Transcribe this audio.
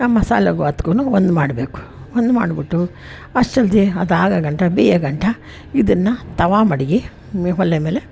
ಆ ಮಸಾಲೆಗೂ ಅದ್ಕೂ ಒಂದು ಮಾಡಬೇಕು ಒಂದು ಮಾಡಿಬಿಟ್ಟು ಅಷ್ಟರಲ್ಲಿ ಅದಾಗೋ ಗಂಟ ಬೆಯೋ ಗಂಟ ಇದನ್ನು ತವ ಮಡಗಿ ಒಲೆ ಮೇಲೆ